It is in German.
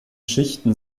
schichten